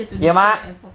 ya mak